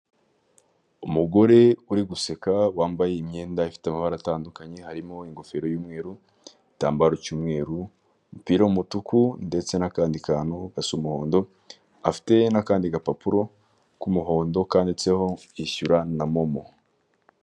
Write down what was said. Umugore uri guseka, wambaye imyenda ifite amabara atandukanye, harimo ingofero y'umweru, igitambaro cy'umweru, umupira w'umutuku ndetse n'akandi kantu gasa umuhondo, afite n'akandi gapapuro k'umuhondo kanditseho ishyura na MOMO.